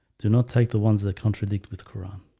do not take the ones that contradict with quran